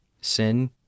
Sin